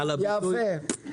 לכן,